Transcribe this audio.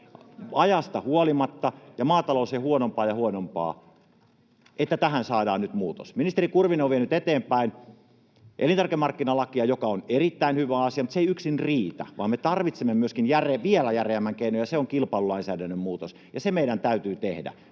ajasta huolimatta, ja maatalous huonompaa ja huonompaa? Ministeri Kurvinen on vienyt eteenpäin elintarvikemarkkinalakia, joka on erittäin hyvä asia, mutta se ei yksin riitä, vaan me tarvitsemme myöskin vielä järeämmän keinon, ja se on kilpailulainsäädännön muutos, ja se meidän täytyy tehdä.